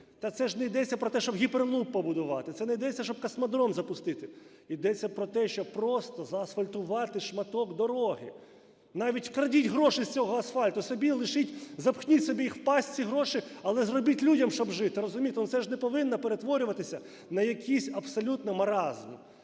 Та це ж не йдеться про те, щоб гіперлуп побудувати, це не йдеться, щоб космодром запустити. Йдеться про те, щоб просто заасфальтувати шматок дороги. Навіть вкрадіть гроші з цього асфальту, собі лишіть, запхніть собі їх в пасть ці гроші, але зробіть людям, щоби жити. Розумієте? Ну, це ж не повинно перетворюватися на якийсь абсолютно маразм.